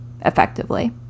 effectively